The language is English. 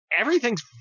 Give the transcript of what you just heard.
everything's